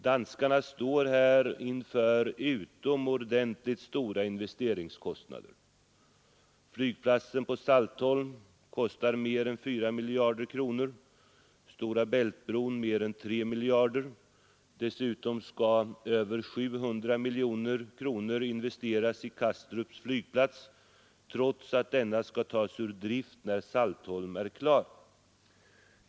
Danskarna står här inför utomordentligt stora investeringskostnader. Flygplatsen på Saltholm kostar mer än 4 miljarder kronor, Stora Bält-bron mer än 3 miljarder kronor. Dessutom skall över 700 miljoner kronor investeras i Kastrups flygplats, trots att denna skall tas ur drift när Saltholm är klar.